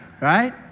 right